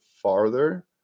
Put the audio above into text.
Farther